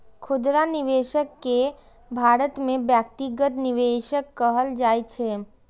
खुदरा निवेशक कें भारत मे व्यक्तिगत निवेशक कहल जाइ छै